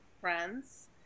friends